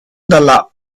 dalla